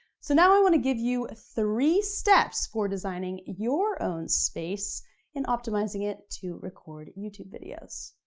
so now i want to give you three steps for designing your own space and optimizing it to record youtube videos.